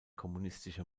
kommunistische